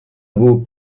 vos